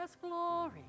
glory